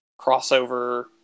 crossover